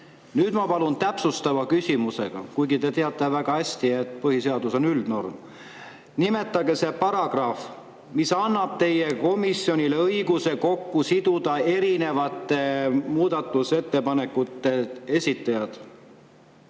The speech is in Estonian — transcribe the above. Nüüd ma palun täpsustava küsimusega, kuigi te teate väga hästi, et põhiseadus on üldnorm: nimetage see paragrahv, mis annab teie komisjonile õiguse siduda kokku erinevate esitajate muudatusettepanekud.